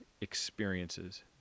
experiences